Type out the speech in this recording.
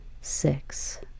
six